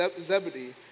Zebedee